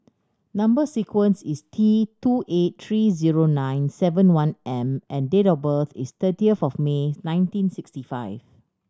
number sequence is T two eight three zero nine seven one M and date of birth is thirtieth of May nineteen sixty five